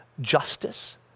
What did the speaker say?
justice